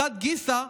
מחד גיסא,